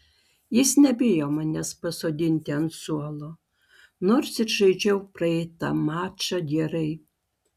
jis nebijo manęs pasodinti ant suolo nors ir žaidžiau praeitą mačą gerai